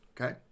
okay